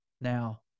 now